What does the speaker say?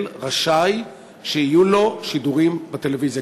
רשאי שיהיו לו שידורים בטלוויזיה,